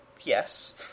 Yes